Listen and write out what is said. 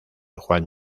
juan